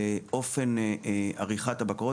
אופן עריכת הבקרות.